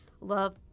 love